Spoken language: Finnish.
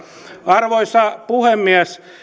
arvoisa puhemies